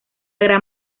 gran